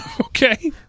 Okay